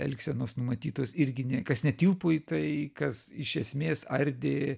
elgsenos numatytos irgi ne kas netilpo į tai kas iš esmės ardė